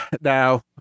Now